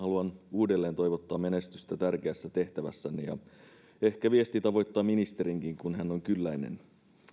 uudelleen toivottaa menestystä tärkeässä tehtävässänne ehkä viesti tavoittaa ministerinkin kun hän on kylläinen